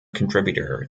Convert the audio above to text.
contributor